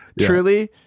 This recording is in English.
Truly